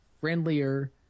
friendlier